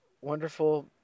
wonderful